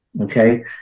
Okay